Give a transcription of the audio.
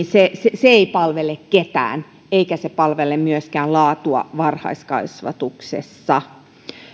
se se ei palvele ketään eikä se palvele myöskään laatua varhaiskasvatuksessa